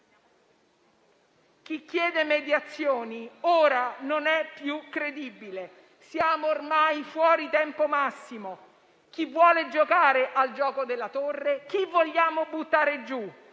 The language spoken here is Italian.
chi chiede mediazioni ora non è più credibile. Siamo ormai fuori tempo massimo. Chi vuole giocare al gioco della torre? Chi vogliamo buttare giù?